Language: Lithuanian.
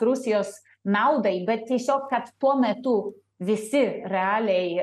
rusijos naudai bet tiesiog kad tuo metu visi realiai